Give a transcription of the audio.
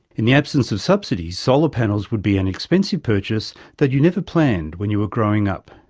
in the absence of subsidies solar panels would be an expensive purchase that you never planned when you were growing up.